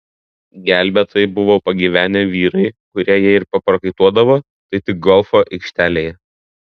gelbėtojai buvo pagyvenę vyrai kurie jei ir paprakaituodavo tai tik golfo aikštelėje